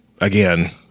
again